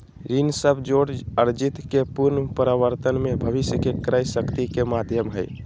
ऋण सब जोड़ अर्जित के पूर्व वर्तमान में भविष्य के क्रय शक्ति के माध्यम हइ